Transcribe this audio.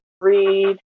read